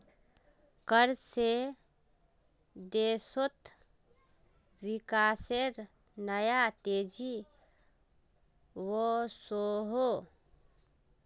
कर से देशोत विकासेर नया तेज़ी वोसोहो